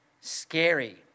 scary